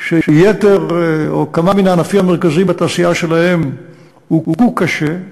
שכמה מן הענפים המרכזיים בתעשייה שלהן הוכו קשה,